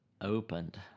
opened